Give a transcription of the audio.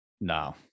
No